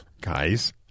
Guys